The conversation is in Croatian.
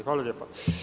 Hvala lijepa.